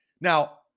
Now